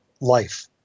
life